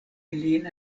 ilin